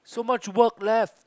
so much work left